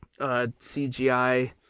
CGI